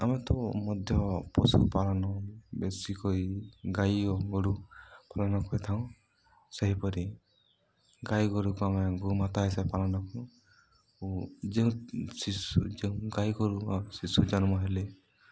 ଆମେ ତ ମଧ୍ୟ ପଶୁପାଳନ ବେଶୀକ ଗାଈ ଓ ଗୋରୁ ପାଳନ କରିଥାଉଁ ସେହିପରି ଗାଈ ଗୋରୁକୁ ଆମେ ଗୋମାତା ହିସ ପାଳନ କରୁ ଓ ଯେଉଁ ଶିଶୁ ଯେଉଁ ଗାଈ ଗୋରୁ ବା ଶିଶୁ ଜନ୍ମ ହେଲେ